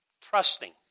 trusting